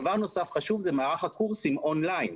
דבר נוסף חשוב זה מערך הקורסים און-ליין.